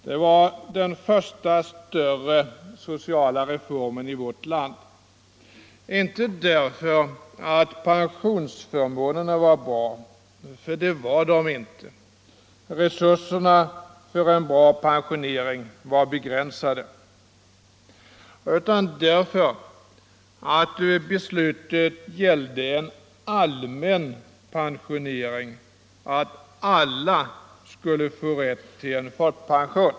Det var den första större sociala reformen i vårt land, inte därför att pensionsförmånerna var bra, för det var de inte — resurserna för en bra pensionering var begränsade — utan därför att beslutet gällde en allmän pensionering. Alla skulle få rätt till en folkpension.